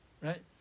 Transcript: Right